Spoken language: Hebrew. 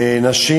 לנשים